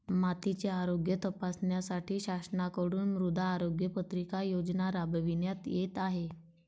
मातीचे आरोग्य तपासण्यासाठी शासनाकडून मृदा आरोग्य पत्रिका योजना राबविण्यात येत आहे